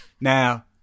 Now